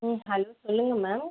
ம் ஹலோ சொல்லுங்கள் மேம்